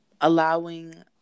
allowing